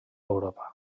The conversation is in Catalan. europa